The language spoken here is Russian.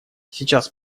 сейчас